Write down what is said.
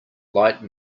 light